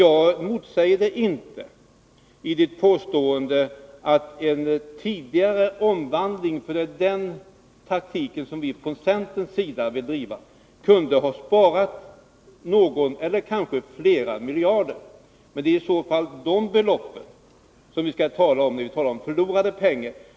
Jag motsäger inte hans påstående att en tidigare omvandling, för det är den taktiken som vi från centerns sida vill driva, kunde ha sparat någon miljard eller kanske flera miljarder. Men det är i så fall det beloppet som vi skall tala om som förlorade pengar.